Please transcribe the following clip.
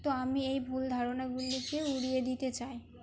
তো আমি এই ভুল ধারণাগুলিকে উড়িয়ে দিতে চাই